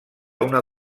una